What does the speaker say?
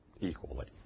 equally